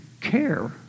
care